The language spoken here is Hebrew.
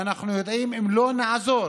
ואנחנו יודעים: אם לא נעזור